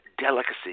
delicacy